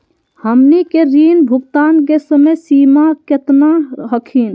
हमनी के ऋण भुगतान के समय सीमा केतना हखिन?